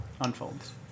unfolds